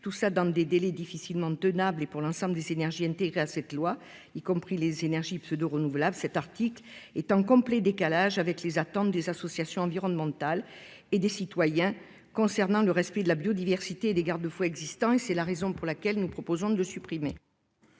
tout cela dans des délais difficilement tenables et pour l'ensemble des énergies intégrées à ce texte, y compris les énergies pseudo-renouvelables, cet article est en complet décalage avec les attentes des associations environnementales et des citoyens en matière de respect de la biodiversité et des garde-fous existants. C'est la raison pour laquelle nous proposons de le supprimer.